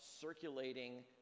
circulating